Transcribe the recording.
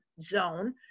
zone